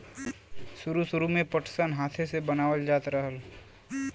सुरु सुरु में पटसन हाथे से बनावल जात रहल